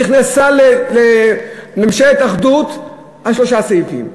נכנסה לממשלת אחדות על שלושה סעיפים,